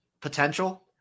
potential